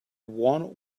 one